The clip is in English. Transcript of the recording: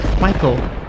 Michael